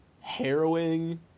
harrowing